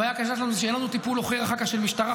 הבעיה הקשה שלנו זה שאין לנו טיפול אחר כך של משטרה,